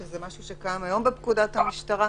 שזה משהו שקיים היום בפקודת המשטרה.